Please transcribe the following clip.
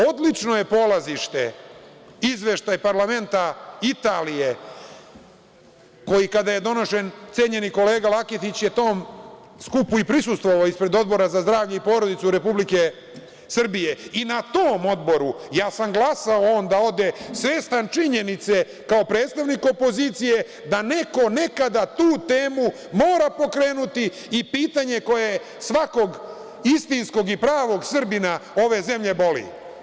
Odlično je polazište izveštaj parlamenta Italije, koji kada je donošen, cenjeni kolega Laketić, je tom skupu i prisustvovao ispred Odbora za zdravlje i porodicu Republike Srbije, i na tom Odboru ja sam glasao da on ode, svestan činjenice, kao predstavnik opozicije, da neko nekada tu temu mora pokrenuti i pitanje koje svakog istinskog i pravog Srbina ove zemlje boli.